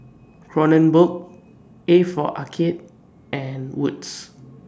Kronenbourg A For Arcade and Wood's